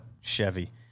Chevy